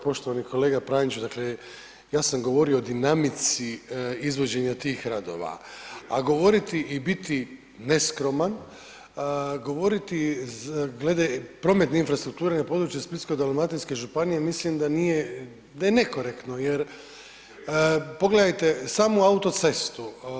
Poštovani kolega Praniću, dakle ja sam govorio o dinamici izvođenja tih radova a govoriti i biti neskroman, govoriti glede prometne infrastrukture na području Splitsko-dalmatinske županije, mislim da je nekorektno jer pogledajte samo autocestu.